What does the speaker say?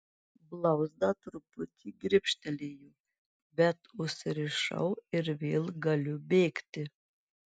blauzdą truputį gribštelėjo bet užsirišau ir vėl galiu bėgti